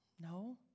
No